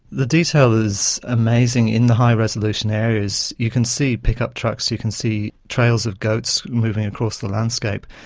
the detail is amazing in the high resolution areas. you can see pickup trucks, you can see trails of goats moving across the landscape,